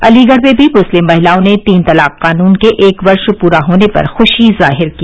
अलीगढ़ में भी मुस्लिम महिलाओं ने तीन तलाक कानून के एक वर्ष पूरा होने पर खुशी जाहिर की